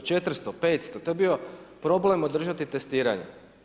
400-500, to je bio problem održati testiranje.